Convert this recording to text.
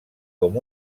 com